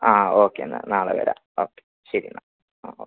ആ ഓക്കെ എന്നാൽ നാളെ വരാം ഓക്കെ ശരി എന്നാൽ ആ ഓക്കെ